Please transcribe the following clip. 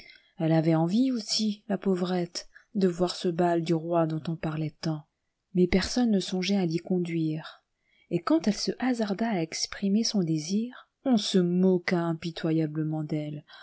elle avait envie aussi la pauvrette de voir ce bal du roi dont on parlait tant mais personne ne songeait à l'y conduire et quand elle se hasarda à exprimer son désir on se moqua impitoyablement d'elle